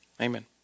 amen